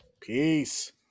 peace